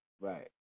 right